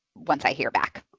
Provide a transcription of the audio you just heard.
once i hear back.